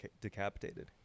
decapitated